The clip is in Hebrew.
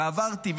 ועברתי,